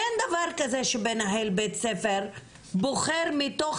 אין דבר כזה שמנהל בית ספר בוחר מתוך